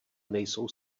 nejsou